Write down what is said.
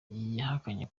yahakanye